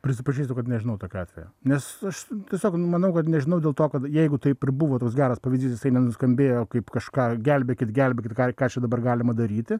prisipažįstu kad nežinau tokio atvejo nes aš tiesiog manau kad nežinau dėl to kad jeigu taip ir buvo toks geras pavyzdys jisai nenuskambėjo kaip kažką gelbėkit gelbėkit ką čia dabar galima daryti